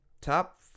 Top